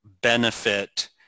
benefit